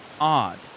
odd